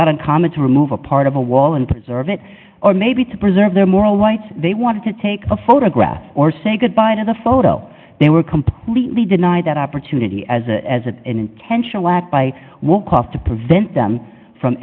not uncommon to remove a part of a wall and preserve it or maybe to preserve their moral rights they want to take a photograph or say goodbye to the photo they were completely denied that opportunity as a as an intentional act by what cost to prevent them from